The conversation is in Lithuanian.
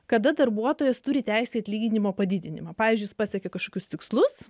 kada darbuotojas turi teisę į atlyginimo padidinimą pavyzdžiui jis pasiekė kažkokius tikslus